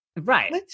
Right